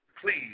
please